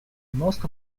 most